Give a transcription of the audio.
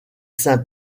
saint